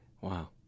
Wow